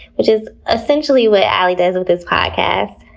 which is essentially what alie does with this podcast.